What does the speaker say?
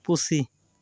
ᱯᱩᱥᱤ